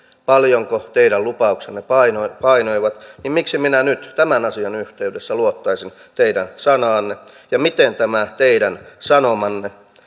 paljonko teidän lupauksenne painoivat painoivat miksi minä nyt tämän asian yhteydessä luottaisin teidän sanaanne ja miten tämä teidän sanomanne